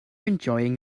enjoying